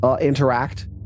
interact